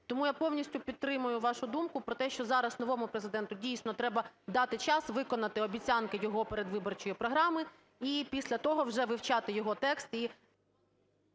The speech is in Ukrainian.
Тому я повністю підтримую вашу думку про те, що зараз новому Президенту, дійсно, треба дати час виконати обіцянки його передвиборчої програми і після того вже вивчати його текст і…